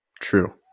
True